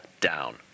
down